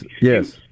yes